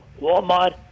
Walmart